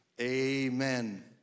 Amen